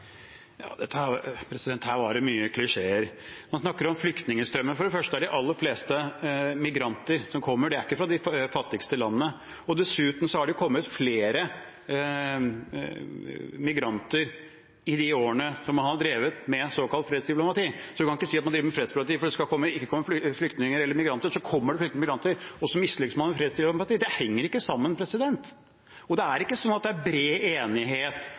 Her var det mange klisjeer. Man snakker om flyktningstrømmer. For det første er de aller fleste migranter som kommer, ikke fra de fattigste landene, og dessuten har det kommet flere migranter i de årene som vi har drevet med såkalt fredsdiplomati. Så man kan ikke si at man driver med fredsdiplomati fordi det ikke skal komme flyktninger og migranter, og så kommer det flyktninger og migranter, og så mislykkes man med fredsdiplomati. Det henger ikke sammen. Og det er ikke sånn at det er bred enighet